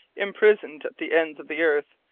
imprisoned at the ends of the earth,